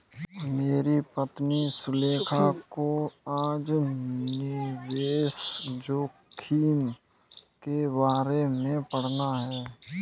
मेरी पत्नी सुलेखा को आज निवेश जोखिम के बारे में पढ़ना है